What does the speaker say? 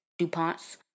DuPonts